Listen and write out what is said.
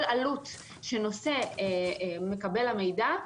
כל עלות שנושא בה מקבל המידע,